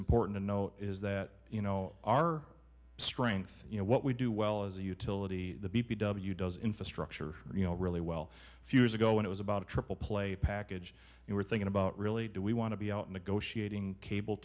important to know is that you know our strength you know what we do well as a utility the b p w does infrastructure you know really well a few years ago it was about a triple play package and we're thinking about really do we want to be out negotiating cable